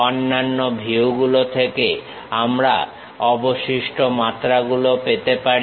অন্যান্য ভিউগুলো থেকে আমরা অবশিষ্ট মাত্রা গুলো পেতে পারি